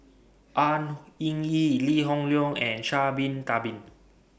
An Hing Yee Lee Hoon Leong and Sha'Ari Bin Tadin